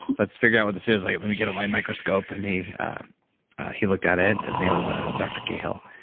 let's figure out what this is. like let me get out my microscope. and he he looked at it. his name was ah dr. cahill.